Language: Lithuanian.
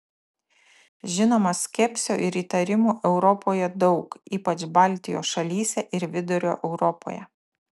žinoma skepsio ir įtarimų europoje daug ypač baltijos šalyse ir vidurio europoje